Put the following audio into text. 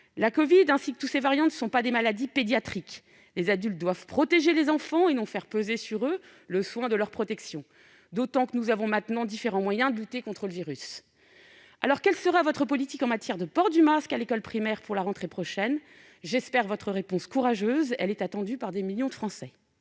La covid et tous ses variants ne sont pas des maladies pédiatriques. Les adultes doivent protéger les enfants et non faire peser sur ces derniers le soin de leur protection, et ce d'autant moins que nous disposons maintenant de différents moyens de lutter contre le virus. Madame la ministre, quelle sera la politique du Gouvernement en matière de port du masque à l'école primaire pour la rentrée prochaine ? J'espère votre réponse courageuse ; elle est attendue par des millions de Français.